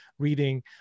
reading